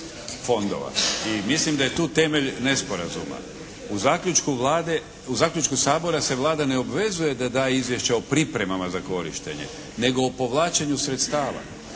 I mislim da je tu temelj nesporazuma. U zaključku Sabora se Vlada ne obvezuje da da izvješća o pripremama za korištenje nego o povlačenju sredstava.